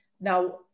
now